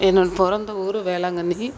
என்னோடய பிறந்த ஊர் வேளாங்கண்ணி